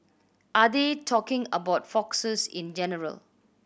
are they talking about foxes in general